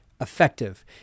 effective